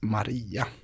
Maria